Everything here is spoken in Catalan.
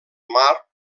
mar